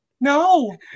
no